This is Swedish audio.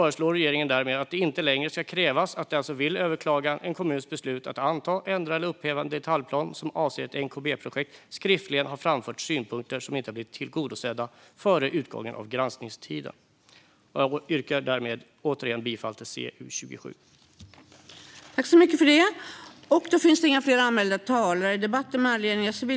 Regeringen föreslår därmed att det inte längre ska krävas att den som vill överklaga en kommuns beslut att anta, ändra eller upphäva en detaljplan som avser ett MKB-projekt skriftligen har framfört synpunkter som inte har blivit tillgodosedda före utgången av granskningstiden. Fru talman! Jag yrkar återigen bifall till förslaget i betänkande CU27. Aktivitetskravet i plan och bygglagen